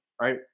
Right